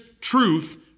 truth